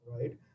right